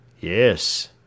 Yes